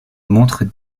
montre